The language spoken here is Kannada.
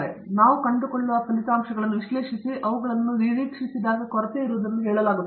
ಆದರೆ ನಾವು ಕಂಡುಕೊಳ್ಳುವ ಫಲಿತಾಂಶಗಳನ್ನು ವಿಶ್ಲೇಷಿಸಿ ಅವುಗಳನ್ನು ನಿರೀಕ್ಷಿಸಿದಾಗ ಕೊರತೆಯಿರುವುದನ್ನು ಹೇಳಲಾಗುತ್ತದೆ